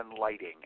lighting